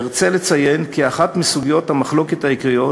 ארצה לציין כי אחת מסוגיות המחלוקת העיקריות